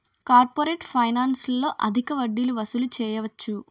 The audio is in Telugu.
కార్పొరేట్ ఫైనాన్స్లో అధిక వడ్డీలు వసూలు చేయవచ్చు